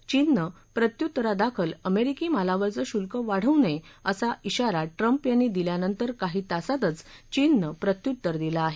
चीननं प्रत्युत्तरादाखल अमेरिकी मालावरचं शुल्क वाढवू नये असा श्रीरा ट्रंप यांनी दिल्यानंतर काही तासातच चीननं प्रत्युत्तर दिलं आहे